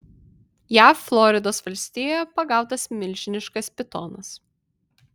jav floridos valstijoje pagautas milžiniškas pitonas